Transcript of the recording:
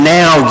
now